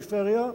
לפריפריה,